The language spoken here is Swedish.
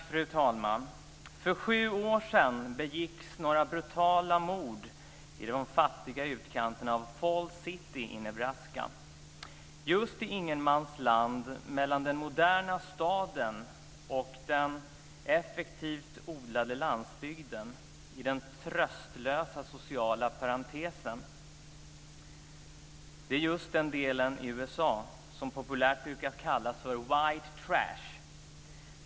Fru talman! För sju år sedan begicks några brutala mord i de fattiga utkanterna av Falls City i Nebraska. Just i ingenmanslandet mellan den moderna staden och den effektivt odlade landsbygden, i den tröstlösa sociala parentesen. Det är just den delen i USA som populärt brukar kallas white trash.